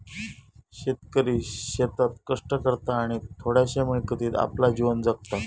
शेतकरी शेतात कष्ट करता आणि थोड्याशा मिळकतीत आपला जीवन जगता